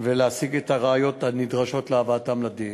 ולהשיג את הראיות הנדרשות להבאתם לדין.